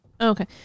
Okay